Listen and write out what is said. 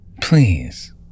please